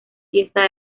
fiesta